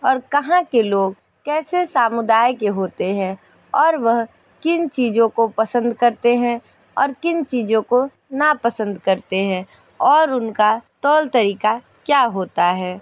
और कहाँ के लोग कैसे समुदाय के होते हैं और वह किन चीज़ों को पसंद करते हैं और किन चीज़ों को ना पसंद करते हैं और उनका तौर तरीका क्या होता है